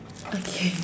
okay